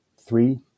three